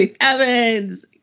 Evans